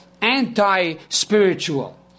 anti-spiritual